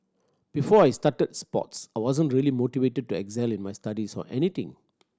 before I started sports I wasn't really motivated to excel in my studies or anything